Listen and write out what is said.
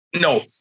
no